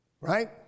Right